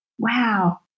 Wow